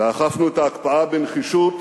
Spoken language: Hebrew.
ואכפנו את ההקפאה בנחישות